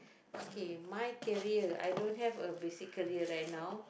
okay mine career I don't have a basic career right now